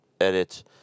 edit